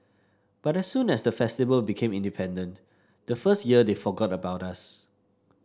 but as soon as the Festival became independent the first year they forgot about us